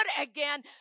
again